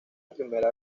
primera